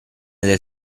del